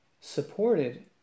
supported